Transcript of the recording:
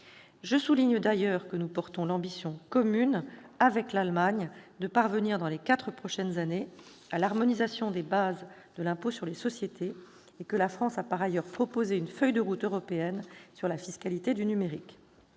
Je souligne d'ailleurs que nous portons l'ambition commune avec l'Allemagne de parvenir dans les quatre prochaines années à l'harmonisation des bases de l'impôt sur les sociétés. En outre, la France a proposé une feuille de route européenne sur la fiscalité du numérique.